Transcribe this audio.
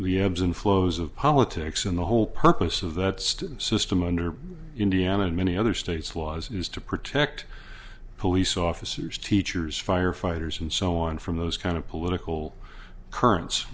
ebbs and flows of politics and the whole purpose of that student system under indiana and many other states laws is to protect police officers teachers firefighters and so on from those kind of political currents